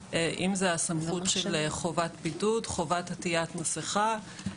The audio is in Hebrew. האם יש לכם עמדה בנושא הזה לאור מה ששמעתם?